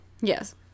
Yes